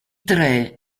tre